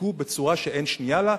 הודקו בצורה שאין שנייה לה,